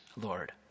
Lord